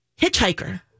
hitchhiker